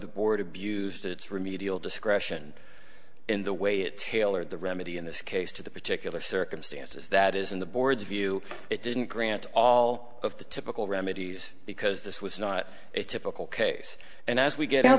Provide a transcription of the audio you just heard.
the board abused its remedial discretion in the way it tailored the remedy in this case to the particular circumstances that is in the board's view it didn't grant all of the typical remedies because this was not a typical case and as we get